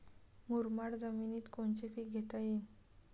मुरमाड जमिनीत कोनचे पीकं घेता येईन?